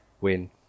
Win